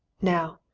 now,